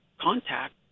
contact